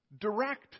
Direct